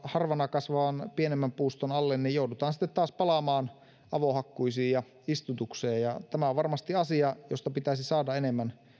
kasvavan pienemmän puuston alle niin joudutaan sitten taas palaamaan avohakkuisiin ja istutukseen tämä on varmasti asia josta pitäisi saada enemmän